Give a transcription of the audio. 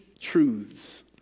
truths